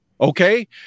okay